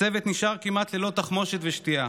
הצוות נשאר כמעט ללא תחמושת ושתייה.